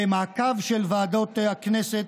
במעקב של ועדות הכנסת,